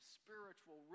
spiritual